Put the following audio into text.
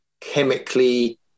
chemically